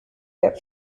that